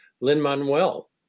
Lin-Manuel